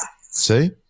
See